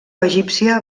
egípcia